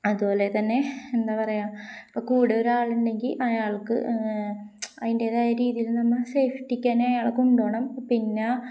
അതുപോലെ തന്നെ എന്താണ് പറയുക ഇപ്പോള് കൂടെ ഒരാളുണ്ടെങ്കില് അയാൾക്ക് അതിന്റേതായ രീതിയില് നമ്മള് സേഫ്റ്റിക്ക് തന്നെ അയാളെ കൊണ്ടുപോകണം പിന്നെ